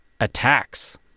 attacks